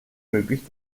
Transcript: möglich